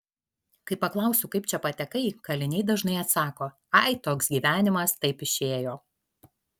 kai paklausiu kaip čia patekai kaliniai dažnai atsako ai toks gyvenimas taip išėjo